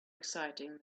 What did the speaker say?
exciting